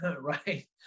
right